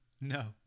no